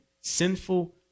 sinful